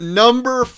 number